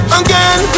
again